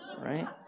right